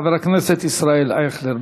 חבר הכנסת ישראל אייכלר.